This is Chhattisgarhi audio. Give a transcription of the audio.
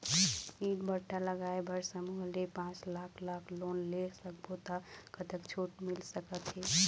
ईंट भट्ठा लगाए बर समूह ले पांच लाख लाख़ लोन ले सब्बो ता कतक छूट मिल सका थे?